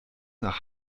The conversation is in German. nach